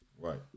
right